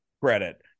credit